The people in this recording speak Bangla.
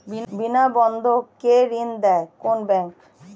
বিনা বন্ধক কে ঋণ দেয় কোন ব্যাংক?